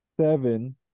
seven